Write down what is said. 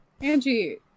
Angie